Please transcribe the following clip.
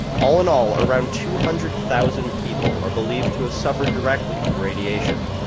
all in all, around two hundred thousand people are believed to have suffered directly from radiation.